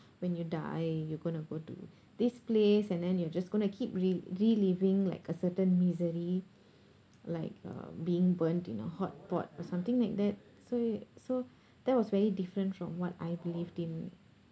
when you die you're going to go to this place and then you just going to keep re~ reliving like a certain misery like uh being burnt in a hotpot or something like that so so that was very different from what I believed in